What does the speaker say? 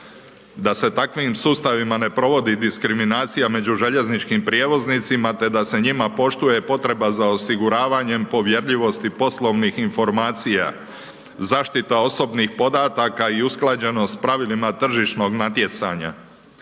se sa takvim sustavima ne provodi diskriminacija među željezničkim prijevoznicima, te da se njima poštuje potreba za osiguravanjem povjerljivosti poslovnih informacija, zaštita osobnih podataka i usklađenost s pravilima tržišnog natjecanja.